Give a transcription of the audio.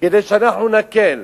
כדי שאנחנו נקל.